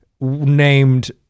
named